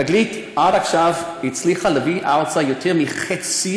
תגלית עד עכשיו הצליחה להביא ארצה יותר מחצי